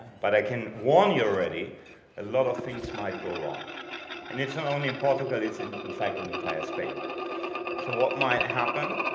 but i can warn you already a lot of things might go wrong and it's not only important it's in in fact an entire spain so what might happen?